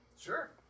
Sure